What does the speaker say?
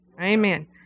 Amen